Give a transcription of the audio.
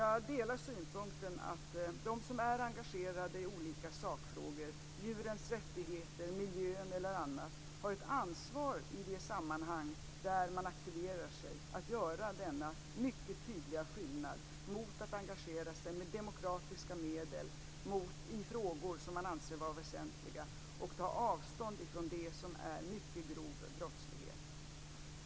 Jag delar synpunkten att de som är engagerade i olika sakfrågor, djurens rättigheter, miljön eller annat, har ett ansvar för att i det sammanhang där man aktiverar sig göra en mycket tydlig skillnad mellan att engagera sig med demokratiska medel i de frågor som man anser vara väsentliga och det som är en mycket grov brottslighet.